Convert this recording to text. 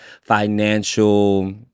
financial